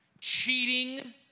cheating